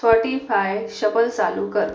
Spotify shuffle चालू कर